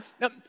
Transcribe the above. Now